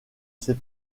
ses